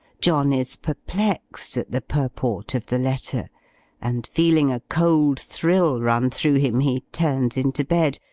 john is perplexed at the purport of the letter and feeling a cold thrill run through him, he turns into bed,